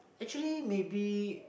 actually maybe